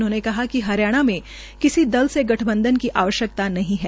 उन्होंने कहा कि हरियाणा में किसी दल से गठबंधन की आवश्यकता नहीं है